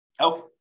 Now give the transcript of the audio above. okay